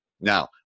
Now